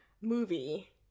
movie